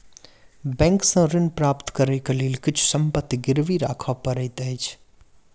bank सॅ ऋण प्राप्त करै के लेल किछु संपत्ति गिरवी राख पड़ैत अछि